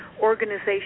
organization